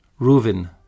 Reuven